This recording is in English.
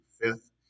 fifth